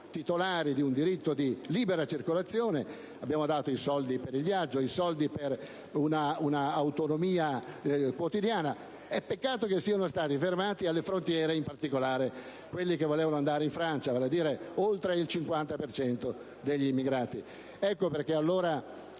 titolari di un diritto di libera circolazione; abbiamo dato i soldi per il viaggio, i soldi per un'autonomia quotidiana. Peccato che siano stati fermati alle frontiere, in particolare quelli che volevano andare in Francia, vale a dire oltre il 50 per cento degli emigrati. Per questo